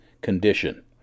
condition